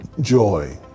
joy